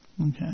okay